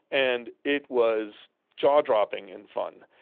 and it was jaw-dropping and fun.